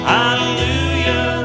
Hallelujah